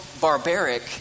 barbaric